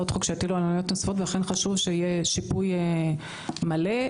ולכן חשוב שיהיה שיפוי מלא.